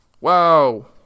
wow